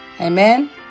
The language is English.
Amen